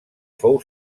fou